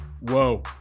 Whoa